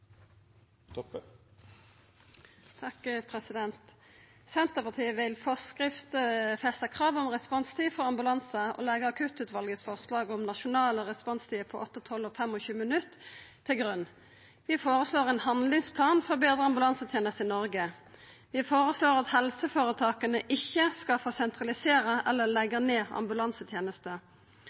Senterpartiet vil forskriftsfesta krav om responstid for ambulanse og legg forslaget frå akuttutvalet om nasjonale responstider på 8, 12 og 25 minutt til grunn. Vi føreslår ein handlingsplan for betre ambulanseteneste i Noreg. Vi føreslår at helseføretaka ikkje skal få sentralisera eller leggja ned